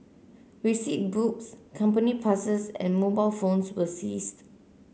receipt books company passes and mobile phones were seized